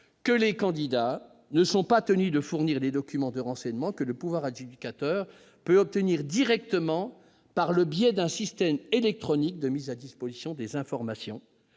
que « les candidats ne sont pas tenus de fournir les documents et renseignements que le pouvoir adjudicateur peut obtenir directement par le biais d'un système électronique de mise à disposition d'informations